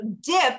dip